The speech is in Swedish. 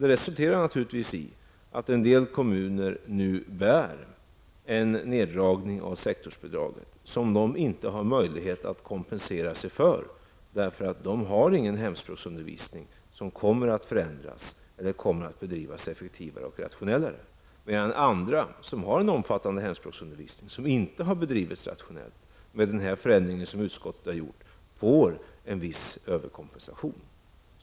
Det resulterade i att en del kommuner nu bär en neddragning av sektorsbidraget som de inte har möjlighet att kompensera sig för. De har ingen hemspråksundervisning som kommer att förändras eller att bedrivas effektivare och mer rationellt. Andra kommuner däremot, som har en omfattande hemspråksundervisning som inte har bedrivits rationellt, får med den förändring som utskottet har genomfört en viss överkompensation.